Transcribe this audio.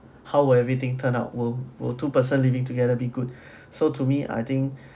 how will everything turn out will will two person living together be good so to me I think